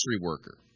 worker